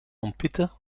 ontpitten